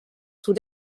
sous